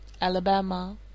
Alabama